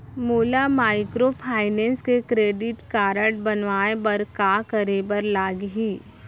मोला माइक्रोफाइनेंस के credit card बनवाए बर का करे बर लागही?